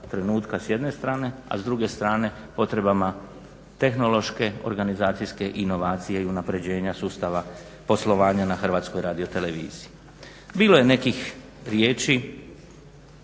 s jedne strane, a s druge strane potrebama tehnološke, organizacijske inovacije i unapređenja sustava poslovanja na Hrvatskoj radioteleviziji. Bilo je nekih riječi